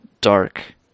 dark